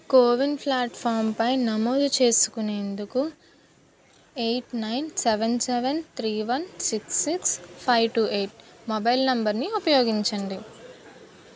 CoWIN ఫ్లాట్ఫాంపై నమోదు చేసుకునేందుకు eight nine seven seven three one six six five two eight mobile నంబరుని ఉపయోగించండి